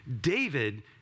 David